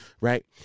right